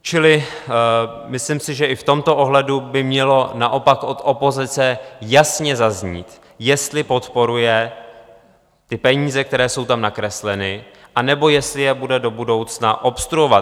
Čili myslím si, že i v tomto ohledu by mělo naopak od opozice jasně zaznít, jestli podporuje ty peníze, které jsou tam nakresleny, anebo jestli je bude do budoucna obstruovat.